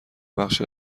بخش